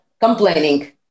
complaining